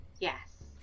Yes